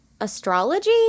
astrology